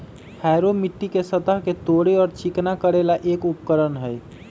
harrow मिट्टी के सतह के तोड़े और चिकना करे ला एक उपकरण हई